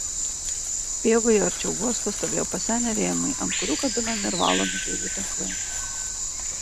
pievoje arčiau uosto stovėjo pasenę rėmai ant kurių kabinami ir valomi žvejų tinklai